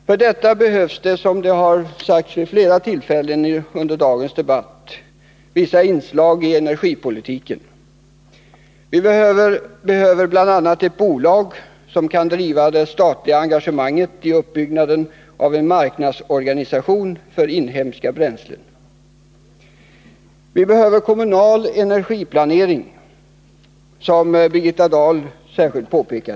För detta behövs — som har framförts i flera tillfällen vid dagens debatt — vissa inslag i energipolitiken. Vi behöver bl.a. ett bolag som kan driva det statliga engagemanget i uppbyggnaden av en marknadsorganisation för inhemska bränslen. Vi behöver kommunal energiplanering, som Birgitta Dahl särskilt påpekat.